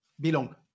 belong